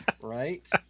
right